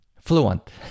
fluent